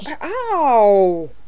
Ow